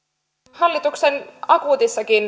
hallituksen akuutissa